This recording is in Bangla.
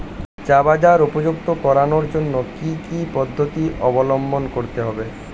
চা বাজার উপযুক্ত করানোর জন্য কি কি পদ্ধতি অবলম্বন করতে হয়?